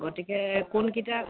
গতিকে কোনকেইটা